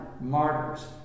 martyrs